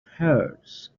hers